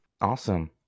Awesome